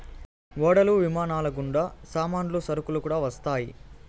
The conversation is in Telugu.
ఓడలు విమానాలు గుండా సామాన్లు సరుకులు కూడా వస్తాయి